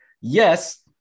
Yes